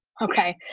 okay.